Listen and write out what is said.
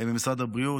ממשרד הבריאות,